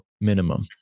minimum